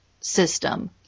system